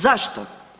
Zašto?